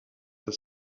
the